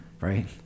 right